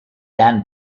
then